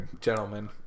gentlemen